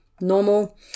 normal